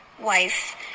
wife